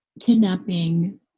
kidnapping